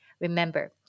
Remember